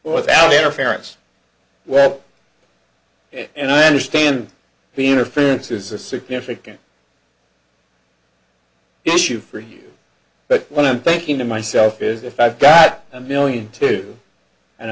without interference well and i understand the interference is a significant issue for you but what i'm thinking to myself is if i've got a million to and